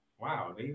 Wow